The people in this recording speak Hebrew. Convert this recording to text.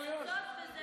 מצוין.